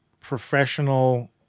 professional